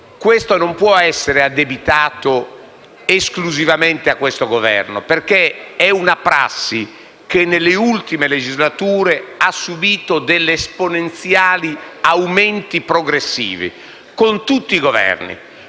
Questo non può essere addebitato esclusivamente a questo Governo, perché è una prassi che nelle ultime legislature ha subito degli aumenti esponenziali progressivi, con tutti i Governi,